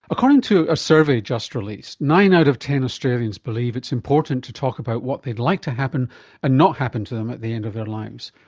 according to a survey just released, nine out of ten australians believe it's important to talk about what they'd like to happen and not happen to them at the end of their lives.